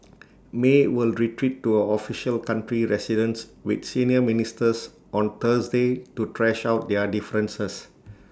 may will retreat to our official country residence with senior ministers on Thursday to thrash out their differences